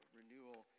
renewal